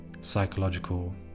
psychological